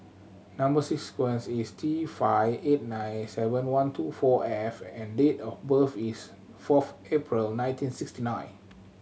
number sequence is T five eight nine seven one two four F and date of birth is fourth April nineteen sixty nine